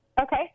Okay